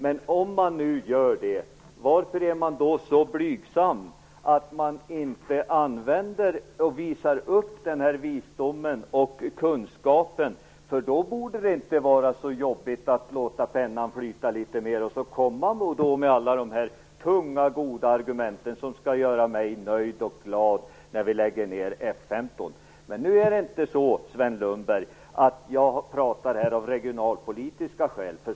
Men varför är man då så blygsam att man inte visar upp visdomen och kunskapen? I så fall borde det inte vara så jobbigt att låta pennan flyta litet mer. Här kommer man med dessa tunga goda argument som skall göra mig nöjd och glad när F 15 läggs ned. Men det är inte så, Sven Lundberg, att jag talar här av regionalpolitiska skäl.